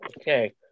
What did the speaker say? Okay